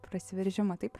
prasiveržimą taip